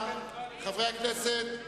חברי הכנסת,